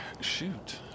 shoot